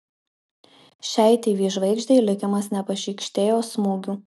šiai tv žvaigždei likimas nepašykštėjo smūgių